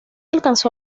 alcanzó